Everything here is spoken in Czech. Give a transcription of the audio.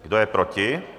Kdo je proti?